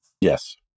Yes